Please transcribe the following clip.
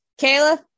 Kayla